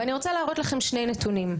אני רוצה להראות לכם שני נתונים,